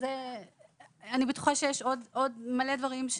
אני בטוחה שיש עוד הרבה דברים.